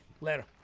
Later